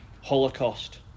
Holocaust